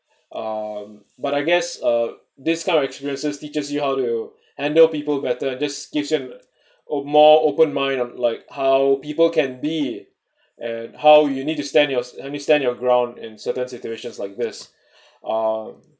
um but I guess um these kind of experiences teaches you how to handle people better just give them more open mind of like how people can be and how you need to stand yours and stand your ground in certain situations like this uh